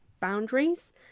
boundaries